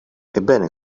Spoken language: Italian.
ebbene